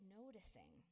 noticing